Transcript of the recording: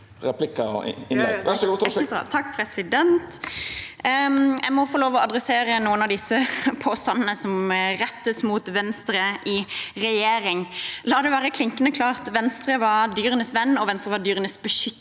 Jeg må få lov til å ta opp noen av påstandene som rettes mot Venstre i regjering. La det være klinkende klart: Venstre var dyrenes venn, og Venstre var dyrenes beskytter